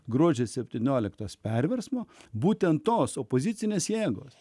gruodžio septynioliktos perversmo būtent tos opozicinės jėgos